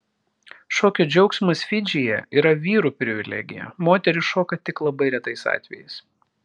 šokio džiaugsmas fidžyje yra vyrų privilegija moterys šoka tik labai retais atvejais